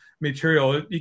material